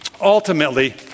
ultimately